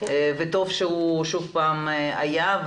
וטוב שהוא שוב פעם היה.